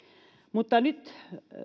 mutta nyt